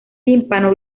tímpano